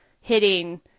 hitting